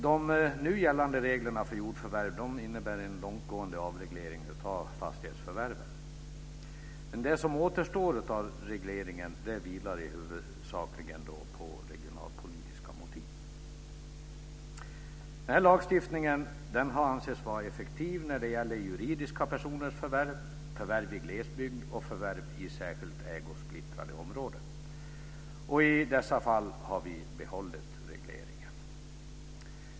De nu gällande reglerna för jordförvärv innebär en långtgående avreglering av fastighetsförvärven. Den återstående regleringen vilar huvudsakligen på regionalpolitiska motiv. Lagen anses ha varit effektiv när det gäller juridiska personers förvärv, förvärv i glesbygd och förvärv i särskilt ägosplittrade områden. I dessa fall har vi behållit regleringen.